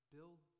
Build